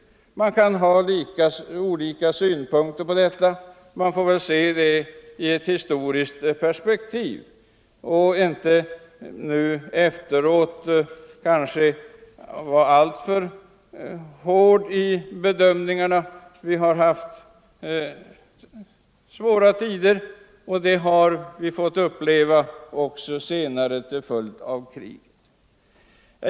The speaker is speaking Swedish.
Man kan ha olika synpunkter på detta och man får väl se det i ett historiskt perspektiv och inte nu efteråt vara alltför hård i sina bedömningar. Vi har fått uppleva svåra tider också senare till följd av krig.